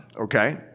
okay